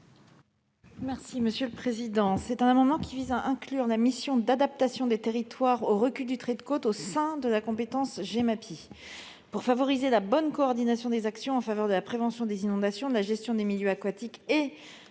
est à Mme la ministre. Cet amendement vise à inclure la mission d'adaptation des territoires au recul du trait de côte au sein de la compétence Gemapi. Pour favoriser la bonne coordination des actions en faveur de la prévention des inondations de la gestion des milieux aquatiques et de gestion du trait de côte,